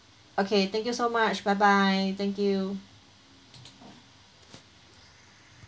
okay thank you so much bye bye thank you